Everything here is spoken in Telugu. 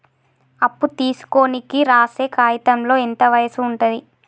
అప్పు తీసుకోనికి రాసే కాయితంలో ఎంత వయసు ఉంటది?